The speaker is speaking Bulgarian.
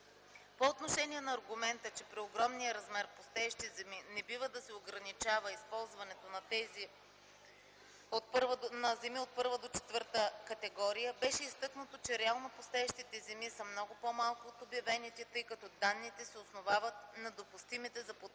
По отношение на аргумента, че при огромния размер пустеещи земи не бива да се ограничава използването на земи от първа до четвърта категория беше изтъкнато, че реално пустеещите земи са много по-малко от обявените, тъй като данните се основават на допустимите за подпомагане